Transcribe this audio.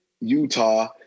Utah